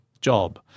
job